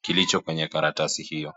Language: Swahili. kilicho kwenye karatasi hiyo.